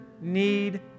need